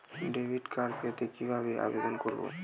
Debit card পেতে কিভাবে আবেদন করব?